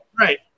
right